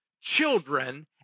children